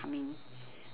coming